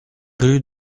rue